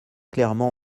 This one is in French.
clairement